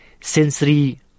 sensory